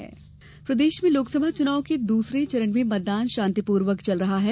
मतदान प्रदेश प्रदेश में लोकसभा चुनाव के दूसरे चरण में मतदान षांतिपूर्वक चल रहा है